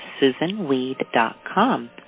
susanweed.com